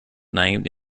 named